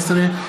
12),